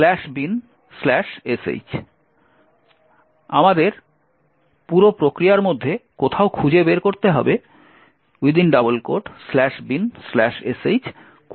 এবং আমাদের পুরো প্রক্রিয়ার মধ্যে কোথাও খুঁজে বের করতে হবে binsh কোথায় উপস্থিত রয়েছে